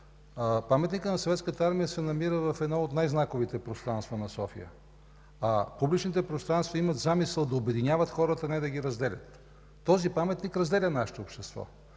Съветската армия се намира в едно от най-знаковите пространства на София, а публичните пространства имат замисъл да обединяват хората, не да ги разделят. Този паметник разделя нашето общество.